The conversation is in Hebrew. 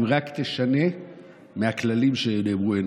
אם רק תשנה מהכללים שנאמרו לעיניך.